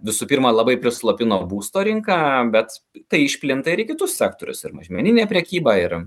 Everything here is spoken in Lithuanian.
visų pirma labai prislopino būsto rinką bet tai išplinta ir į kitus sektorius ir mažmeninė prekyba ir